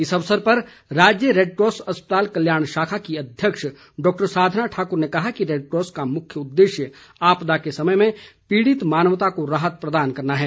इस अवसर पर राज्य रैडक्रॉस अस्पताल कल्याण शाखा की अध्यक्ष डॉक्टर साधना ठाक्र ने कहा कि रैडक्रॉस का मुख्य उदेश्य आपदा के समय में पीड़ित मानवता को राहत प्रदान करना है